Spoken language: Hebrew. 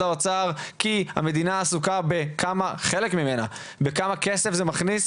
האוצר כי המדינה עסוקה בכמה כסף זה מכניס,